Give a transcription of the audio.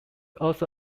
also